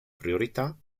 priorità